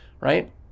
right